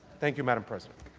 thank you, madam president.